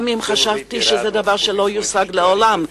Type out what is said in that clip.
גם אם חשבתי שזה דבר שלא יושג לעולם.